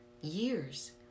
years